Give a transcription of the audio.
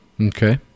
Okay